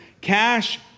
Cash